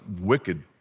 wicked